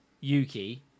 Yuki